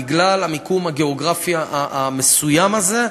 בגלל המיקום הגיאוגרפי המסוים הזה,